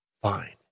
fine